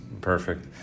perfect